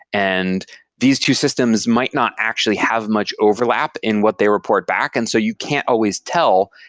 and these two systems might not actually have much overlap in what they report back, and so you can't always tell,